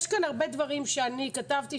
יש כאן הרבה דברים שאני כתבתי,